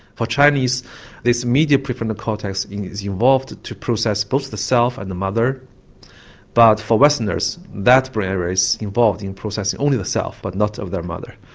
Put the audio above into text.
for chinese this medial pre-frontal cortex is involved to process both the self and the mother but for westerners that brain area is involved in processing only the self but not their mother.